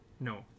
No